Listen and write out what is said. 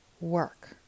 work